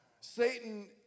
Satan